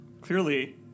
clearly